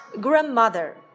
grandmother